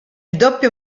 doppio